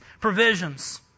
provisions